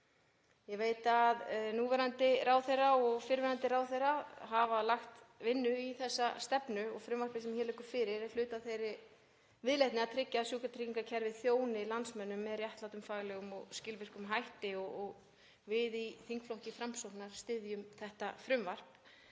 Ég veit að núverandi ráðherra og fyrrverandi ráðherra hafa lagt vinnu í þessa stefnu og frumvarpið sem hér liggur fyrir er hluti af þeirri viðleitni að tryggja að sjúkratryggingakerfið þjóni landsmönnum með réttlátum, faglegum og skilvirkum hætti. Við í þingflokki Framsóknar styðjum þetta frumvarp.